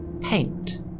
paint